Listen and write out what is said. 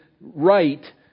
right